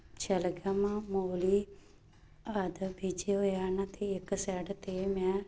ਸ਼ਲਗਮ ਮੂਲੀ ਆਦਿ ਬੀਜੇ ਹੋਏ ਹਨ ਅਤੇ ਇੱਕ ਸਾਈਡ 'ਤੇ ਮੈਂ